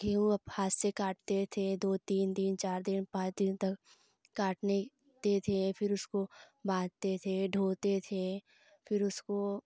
गेहूँ अपने हाथ से काटते थे दो तीन दिन चार दिन पाँच दिन तक काटने ते थे फिर उसको बांटते थे ढोते थे फिर उसको